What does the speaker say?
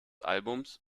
albums